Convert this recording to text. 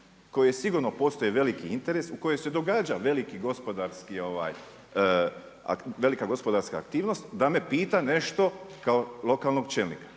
koju sigurno postoji veliki interes u kojoj se događa velika gospodarska aktivnost da me pita nešto kao lokalnog čelnika.